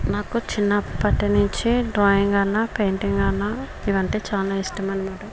నాకు చిన్నప్పటి నుంచి డ్రాయింగ్ అన్నపెయింటింగ్ అన్న ఇవంటే చానా ఇష్టం అనమాట